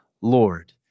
lord